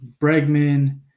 Bregman